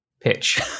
pitch